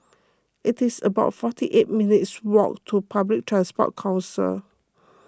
it is about forty eight minutes' walk to Public Transport Council